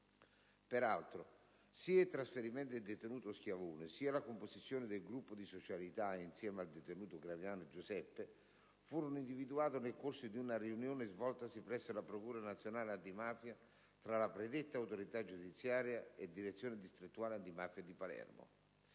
Peraltro, sia il trasferimento del detenuto Schiavone, sia la composizione del gruppo di socialità insieme al detenuto Graviano Giuseppe furono individuati nel corso di una riunione svoltasi presso la procura nazionale antimafia tra la predetta autorità giudiziaria e la direzione distrettuale antimafia di Palermo.